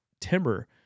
timber